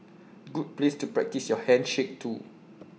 good place to practise your handshake too